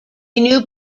new